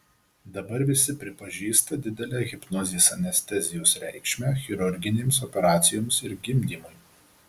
dabar visi pripažįsta didelę hipnozės anestezijos reikšmę chirurginėms operacijoms ir gimdymui